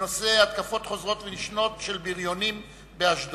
בנושא: התקפות חוזרות ונשנות של בריונים באשדוד.